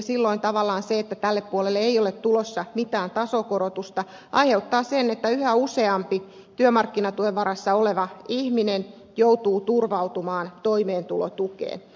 silloin tavallaan se että tälle puolelle ei ole tulossa mitään tasokorotusta aiheuttaa sen että yhä useampi työmarkkinatuen varassa oleva ihminen joutuu turvautumaan toimeentulotukeen